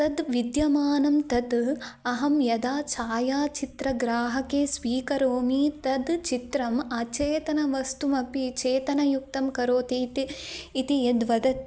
तद् विद्यमानं तद् अहं यदा छायचित्रग्राहके स्वीकरोमि तद् चित्रम् अचेतनं वस्तुमपि चेतनयुक्तं करोति इति इति यद् वदति